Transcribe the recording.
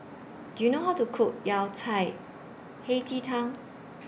Do YOU know How to Cook Yao Cai Hei Ji Tang